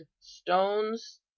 stones